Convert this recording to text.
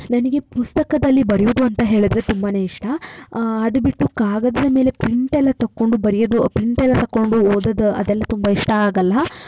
ನನಗೆ ಪುಸ್ತಕದಲ್ಲಿ ಬರೆಯೋದು ಅಂತ ಹೇಳಿದರೆ ತುಂಬಾ ಇಷ್ಟ ಅದು ಬಿಟ್ಟು ಕಾಗದದ ಮೇಲೆ ಪ್ರಿಂಟ್ ಎಲ್ಲ ತಗೊಂಡು ಬರೆಯೋದು ಪ್ರಿಂಟ್ ಎಲ್ಲ ತಕ್ಕೊಂಡು ಓದೋದು ಅದೆಲ್ಲ ತುಂಬ ಇಷ್ಟ ಆಗೋಲ್ಲ